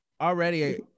already